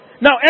Now